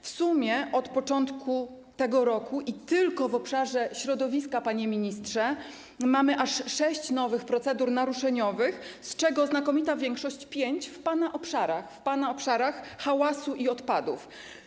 W sumie od początku tego roku i tylko w obszarze środowiska, panie ministrze, mamy aż sześć nowych procedur naruszeniowych, z czego znakomita większość, pięć, w pana obszarach, w obszarach hałasu i odpadów.